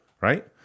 Right